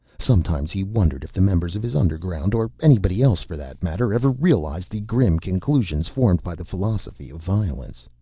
sometimes he wondered if the members of his underground or anybody else for that matter ever realized the grim conclusions formed by the philosophy of violence.